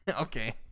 Okay